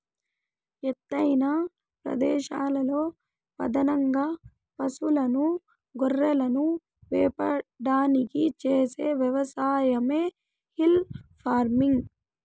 ఎత్తైన ప్రదేశాలలో పధానంగా పసులను, గొర్రెలను మేపడానికి చేసే వ్యవసాయమే హిల్ ఫార్మింగ్